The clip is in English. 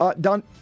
done